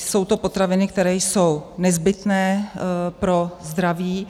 Jsou to potraviny, které jsou nezbytné pro zdraví.